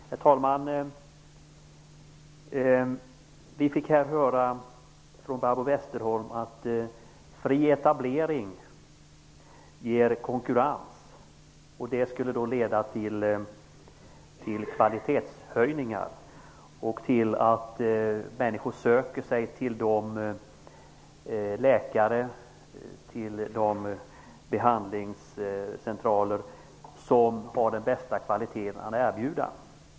Herr talman! Vi fick här höra från Barbro Westerholm att fri etablering ger konkurrens. Det skulle leda till kvalitetshöjningar och till att människor söker sig till de läkare och behandlingscentraler som har den bästa kvaliteten att erbjuda.